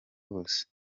hose